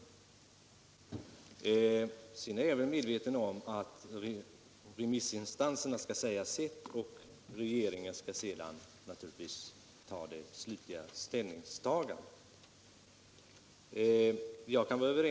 bostadsföretag Men jag är givetvis medveten om att remissinstanserna skall säga sitt — utestänger vissa och att regeringen därefter skall göra det slutliga ställningstagandet.